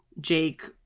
Jake